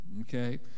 okay